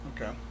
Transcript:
Okay